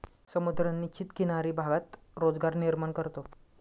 समुद्र निश्चित किनारी भागात रोजगार निर्माण करतो